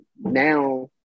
now